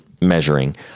measuring